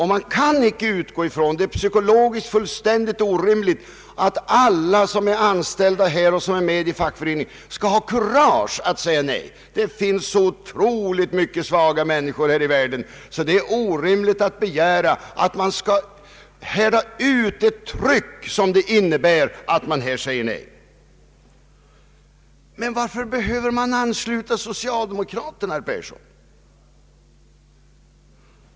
Man kan utgå ifrån att det är psykologiskt fullständigt orimligt att alla som skulle vilja säga nej har kurage att göra det när de är anställda på en viss arbetsplats och med i fackföreningen. Det finns så många svaga människor här i världen, och det är orimligt att begära att de skall härda ut med det tryck det innebär att säga nej. Men varför behöver man ansluta socialdemokraterna, herr Persson?